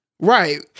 Right